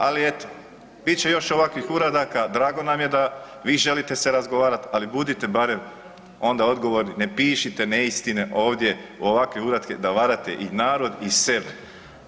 Ali eto, bit će još ovakvih uradaka, drago nam je da vi želite se razgovarati, ali budite barem onda odgovorni, ne pišite neistine ovdje u ovakve uratke da varate i narod i sebe.